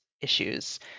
issues